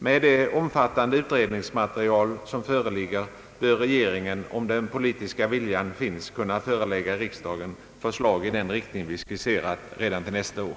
Med det omfattande utredningsmaterial som föreligger bör regeringen, om den politiska viljan finns, kunna förelägga riksdagen förslag i den riktning vi skisserat redan till nästa år.